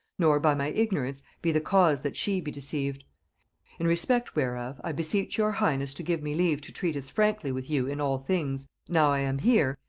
nor, by my ignorance, be the cause that she be deceived in respect whereof, i beseech your highness to give me leave to treat as frankly with you in all things, now i am here,